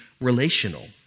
relational